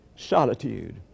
solitude